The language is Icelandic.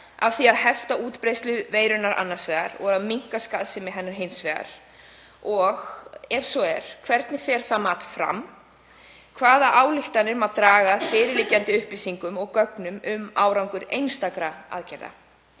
af því að hefta útbreiðslu veirunnar annars vegar og af því að minnka skaðsemi hennar hins vegar? Ef svo er, hvernig fer það mat fram? Hvaða ályktanir má draga af fyrirliggjandi upplýsingum og gögnum um árangur einstakra aðgerða?